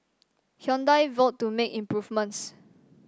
Hyundai vowed to make improvements